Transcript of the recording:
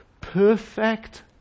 Perfect